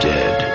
Dead